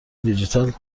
دیجیتال